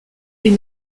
est